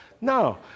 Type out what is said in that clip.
No